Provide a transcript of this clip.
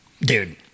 dude